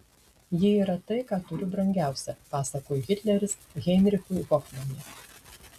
ji yra tai ką turiu brangiausia pasakojo hitleris heinrichui hofmanui